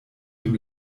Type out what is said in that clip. dem